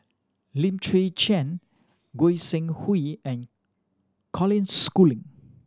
Lim Chwee Chian Goi Seng Hui and Colin Schooling